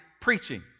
Preaching